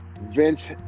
Vince